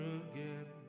again